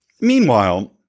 Meanwhile